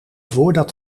voordat